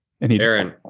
Aaron